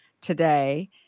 today